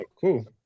cool